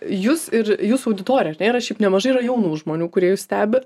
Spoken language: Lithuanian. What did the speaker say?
jūs ir jūsų auditorija ar nėra šiaip nemažai yra jaunų žmonių kurie jus stebi